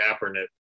Kaepernick